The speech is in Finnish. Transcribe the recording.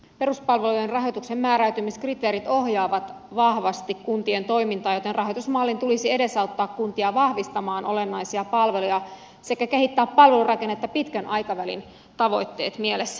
peruspalvelujen rahoituksen määräytymiskriteerit ohjaavat vahvasti kuntien toimintaa joten rahoitusmallin tulisi edesauttaa kuntia vahvistamaan olennaisia palveluja sekä kehittää palvelurakennetta pitkän aikavälin tavoitteet mielessä